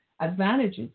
advantages